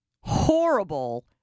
horrible